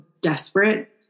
desperate